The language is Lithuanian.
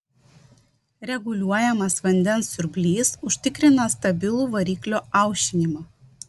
reguliuojamas vandens siurblys užtikrina stabilų variklio aušinimą